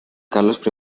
carlos